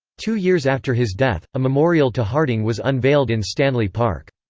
two years after his death, a memorial to harding was unveiled in stanley park.